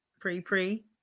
pre-pre